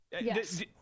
Yes